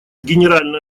генеральная